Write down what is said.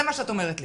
זה מה שאת אומרת לי.